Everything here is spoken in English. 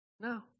No